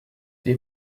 des